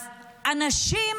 אז אנשים